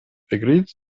agreed